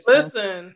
Listen